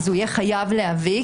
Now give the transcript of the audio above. הוא יהיה חייב להביא.